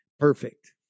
perfect